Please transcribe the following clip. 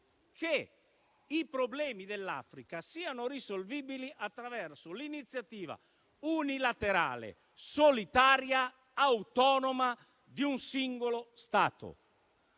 che i problemi dell'Africa siano risolvibili attraverso l'iniziativa unilaterale, solitaria, autonoma di un singolo Stato.